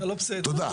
תודה.